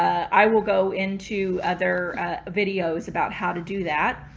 i will go into other videos about how to do that,